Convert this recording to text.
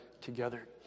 together